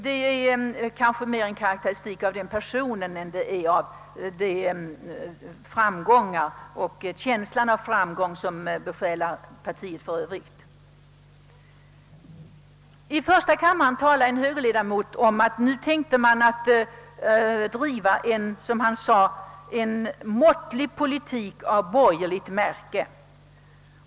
Detta var kanske mera en karakteristik av herr Ohlin än en karakteristik av den känsla av framgång som besjälar partiet för övrigt. I första kammaren talade en högerledamot om att man nu tänkte driva en måttlig politik av borgerligt märke.